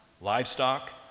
livestock